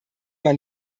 man